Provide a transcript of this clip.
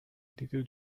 little